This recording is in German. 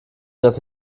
das